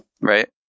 Right